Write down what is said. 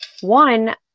One